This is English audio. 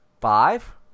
five